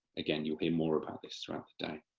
again, you will hear more about this throughout the day,